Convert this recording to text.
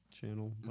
channel